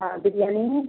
हाँ बिरयानी है